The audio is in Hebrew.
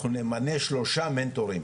אנחנו נמנה שלושה מנטורים,